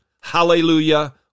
Hallelujah